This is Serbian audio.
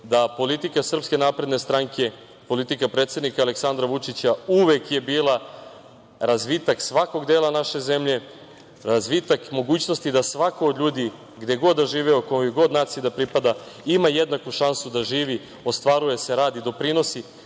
je politika SNS, politika predsednika Aleksandra Vučića uvek bila razvitak svakog dela naše zemlje, razvitak mogućnosti da svako od ljudi, gde god živeo, kojoj god naciji da pripada, ima jednaku šansu da živi, ostvaruje se, radi, doprinosi